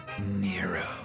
Nero